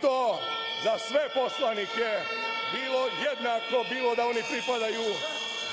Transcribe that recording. i to za sve poslanike, bilo da oni pripadaju